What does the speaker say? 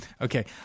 okay